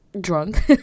drunk